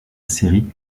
série